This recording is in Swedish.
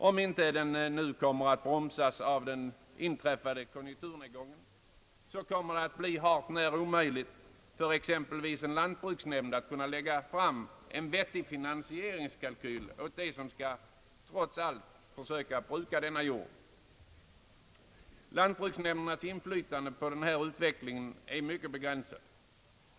Om den inte nu kommer att bromsas av den inträffade konjunkturnedgången, så kommer det att bli hart när omöjligt för exempelvis en lantbruksnämnd att kunna lägga fram en vettig finansieringskalkyl åt dem som, trots allt, skall försöka bruka denna jord. Lantbruksnämndernas inflytande på den här utvecklingen är mycket begränsad.